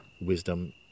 wisdom